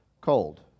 Cold